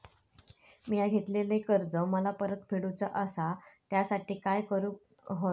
मिया घेतलेले कर्ज मला परत फेडूचा असा त्यासाठी काय काय करून होया?